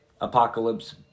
apocalypse